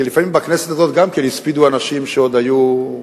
כי לפעמים בכנסת הזאת גם כן הספידו אנשים שעוד היו,